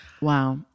Wow